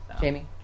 Jamie